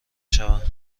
شوند